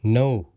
नऊ